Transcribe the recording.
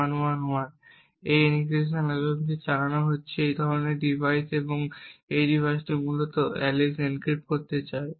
এখন এই এনক্রিপশন অ্যালগরিদমটি চালানো হচ্ছে এই ধরনের ডিভাইস এবং এই ডিভাইসটি মূলত অ্যালিস এনক্রিপ্ট করতে চায়